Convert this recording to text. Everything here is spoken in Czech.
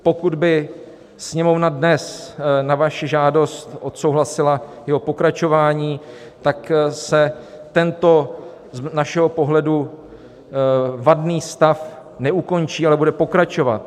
Pokud by Sněmovna dnes na vaši žádost odsouhlasila jeho pokračování, tak se tento z našeho pohledu vadný stav neukončí, ale bude pokračovat.